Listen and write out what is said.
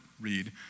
read